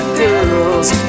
girls